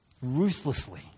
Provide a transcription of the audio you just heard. Ruthlessly